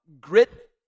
Grit